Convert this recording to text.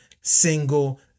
single